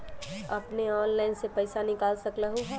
अपने ऑनलाइन से पईसा निकाल सकलहु ह?